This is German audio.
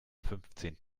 fünfzehnten